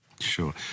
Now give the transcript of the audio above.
Sure